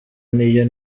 niyo